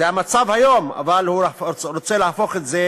זה המצב היום, אבל הוא רוצה להפוך את זה